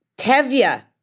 Tevya